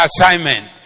assignment